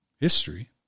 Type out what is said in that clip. History